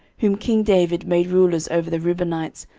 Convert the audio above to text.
whom king david made rulers over the reubenites,